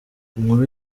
inkuru